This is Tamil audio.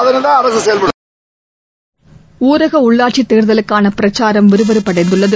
அதன் படி அரசு செயல்படும் ஊரக உள்ளாட்சித் தேர்தலுக்கான பிரச்சாரம் விறுவிறுப்படைந்துள்ளது